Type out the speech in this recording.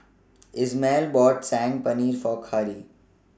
Ismael bought Saag Paneer For Khari